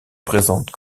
présente